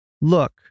Look